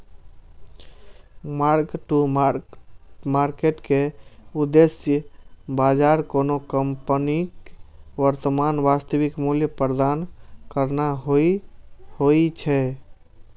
mark to market के उद्देश्य बाजार कोनो कंपनीक वर्तमान वास्तविक मूल्य प्रदान करना होइ छै